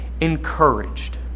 Encouraged